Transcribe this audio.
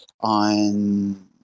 on